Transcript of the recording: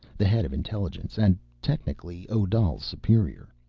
the head of intelligence, and technically odal's superior.